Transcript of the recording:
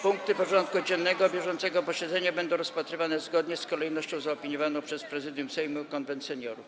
Punkty porządku dziennego bieżącego posiedzenia będą rozpatrywane zgodnie z kolejnością zaopiniowaną przez Prezydium Sejmu i Konwent Seniorów.